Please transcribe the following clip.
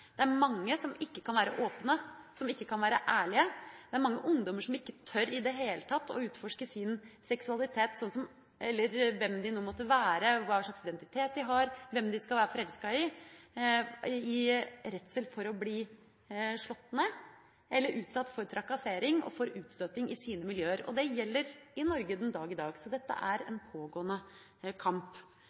Det er mange som ikke kan være åpne, som ikke kan være ærlige. Det er mange ungdommer som ikke i det hele tatt tør å utforske sin seksualitet, eller hvem de nå måtte være, hva slags identitet de har, hvem de skal være forelsket i, i redsel for å bli slått ned eller utsatt for trakassering og utstøting i sine miljøer. Det gjelder i Norge den dag i dag. Så dette er en pågående kamp